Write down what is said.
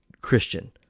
Christian